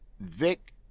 Vic